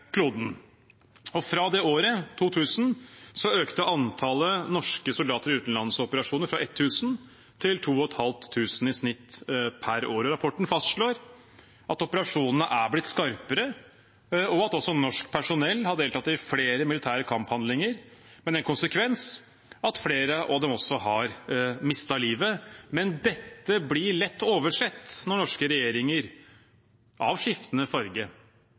kloden, og fra det året, 2000, økte antallet norske soldater i utenlandsoperasjoner fra 1 000 til 2 500 i snitt per år. Rapporten fastslår at operasjonene er blitt skarpere, og at også norsk personell har deltatt i flere militære kamphandlinger, med den konsekvens at flere av dem også har mistet livet. Men dette blir lett oversett når norske regjeringer – av skiftende